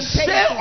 say